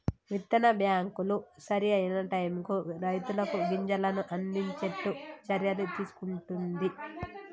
విత్తన బ్యాంకులు సరి అయిన టైముకు రైతులకు గింజలను అందిచేట్టు చర్యలు తీసుకుంటున్ది